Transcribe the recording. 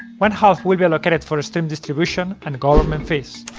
one half will be allocated for steam distribution and government fees,